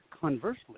conversely